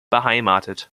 beheimatet